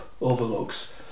overlooks